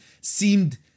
seemed